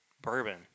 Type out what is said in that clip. bourbon